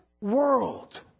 world